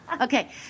Okay